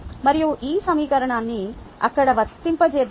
మరియు ఈ సమీకరణాన్ని అక్కడ వర్తింపజేద్దాం